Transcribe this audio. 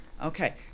Okay